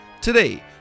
Today